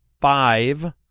five